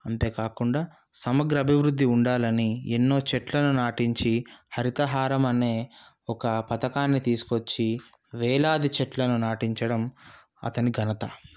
అంతేకాకుండా సమగ్ర అభివృద్ధి ఉండాలని ఎన్నో చెట్లను నాటించి హరిత హారం అనే ఒక పథకాన్ని తీసుకొచ్చి వేలాది చెట్లను నాటించడం అతని ఘనత